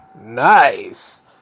Nice